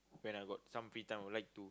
when I got some free time I'll like to